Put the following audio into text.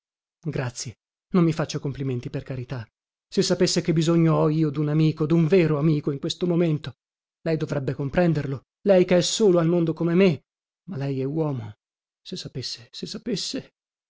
grazie non mi faccia complimenti per carità se sapesse che bisogno ho io dun amico dun vero amico in questo momento lei dovrebbe comprenderlo lei che è solo al mondo come me ma lei è uomo se sapesse se sapesse